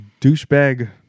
douchebag-